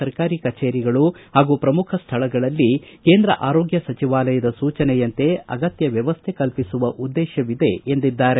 ಸರ್ಕಾರಿ ಕಚೇರಿಗಳು ಹಾಗೂ ಪ್ರಮುಖ ಸ್ವಳಗಳಲ್ಲಿ ಕೇಂದ್ರ ಆರೋಗ್ಯ ಸಚಿವಾಲಯದ ಸೂಚನೆಯಂತೆ ಅಗತ್ತ ವ್ಯವಸ್ಟೆ ಕಲ್ಪಿಸುವ ಉದ್ದೇತವಿದೆ ಎಂದಿದ್ದಾರೆ